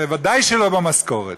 בוודאי שלא במשכורת.